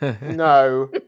No